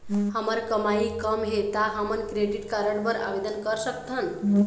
हमर कमाई कम हे ता हमन क्रेडिट कारड बर आवेदन कर सकथन?